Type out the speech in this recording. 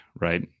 right